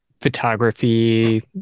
photography